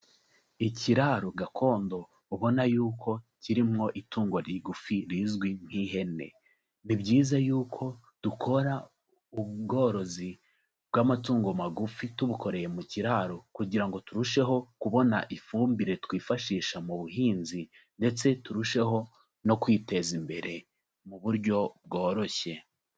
Ikiraro gakondo ubona yuko kirimo itungo rigufi rizwi nk'ihene, ni byiza yuko dukora ubworozi bw'amatungo magufi tubukoreye mu kiraro kugira ngo turusheho kubona ifumbire twifashisha mu buhinzi ndetse turusheho no kwiteza imbere mu buryo bworoshye.